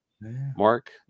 Mark